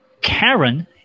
Karen